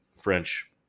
French